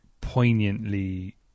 poignantly